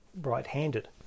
Right-handed